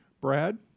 Brad